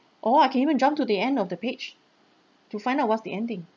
or I can even jump to the end of the page to find out what's the ending